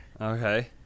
Okay